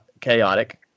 chaotic